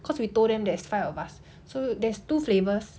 cause we told them there's five of us so there's two flavours